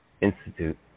Institute